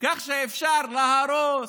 כך שאפשר להרוס,